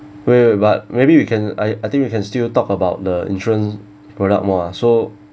wait wait wait but maybe we can I I think we can still talk about the insurance product more ah so